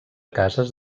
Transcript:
cases